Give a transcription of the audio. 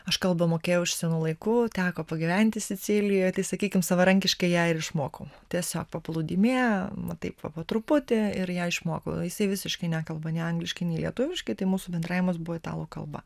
aš kalbą mokėjau iš senų laikų teko pagyventi sicilijoj tai sakykim savarankiškai ją ir išmokau tiesiog paplūdimyje va taip va po truputį ir ją išmokau jisai visiškai nekalba nei angliškai nei lietuviškai tai mūsų bendravimas buvo italų kalba